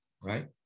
right